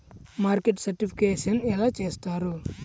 Market certification ఎలా చేస్తారు?